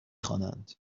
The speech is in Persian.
خوانند